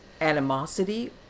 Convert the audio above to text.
animosity